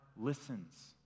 listens